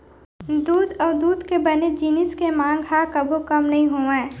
दूद अउ दूद के बने जिनिस के मांग ह कभू कम नइ होवय